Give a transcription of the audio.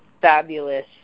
fabulous